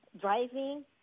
driving